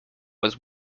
was